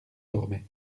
dormait